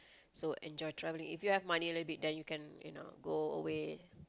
so enjoy travelling if you have money a little bit then you can you know go away